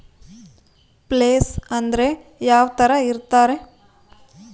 Place ಅಂದ್ರೆ ಯಾವ್ತರ ಇರ್ತಾರೆ?